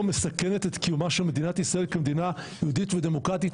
מסכנת את קיומה של מדינת ישראל כמדינה יהודית ודמוקרטית,